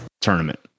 tournament